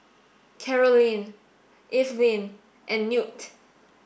Karolyn Evelyn and Newt